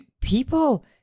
people